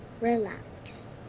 relaxed